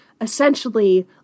Essentially